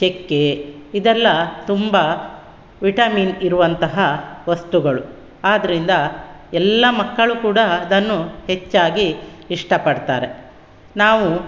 ಚಕ್ಕೆ ಇದೆಲ್ಲ ತುಂಬ ವಿಟಮಿನ್ ಇರುವಂತಹ ವಸ್ತುಗಳು ಆದ್ದರಿಂದ ಎಲ್ಲ ಮಕ್ಕಳು ಕೂಡ ಅದನ್ನು ಹೆಚ್ಚಾಗಿ ಇಷ್ಟಪಡ್ತಾರೆ ನಾವು